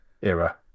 era